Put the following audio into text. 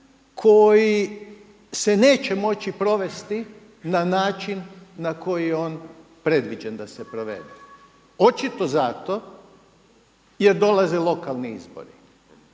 koji se neće moći provesti na način na koji je on predviđen da se provede? Očito zato jer dolaze lokalni izbori.